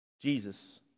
Jesus